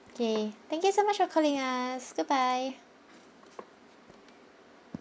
K thank you so much for calling us goodbye